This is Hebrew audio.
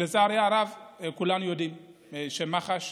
לצערי הרב, כולנו יודעים שמח"ש